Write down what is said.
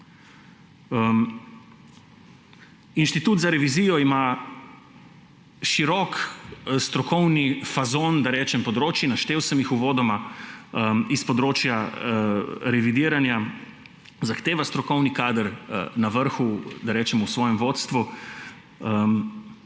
Inštitut za revizijo ima širok strokovni fazon, da rečem, področij – naštel sem jih uvodoma – s področja revidiranja, zahteva strokovni kader na vrhu, v svojem vodstvu.